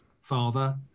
father